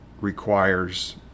requires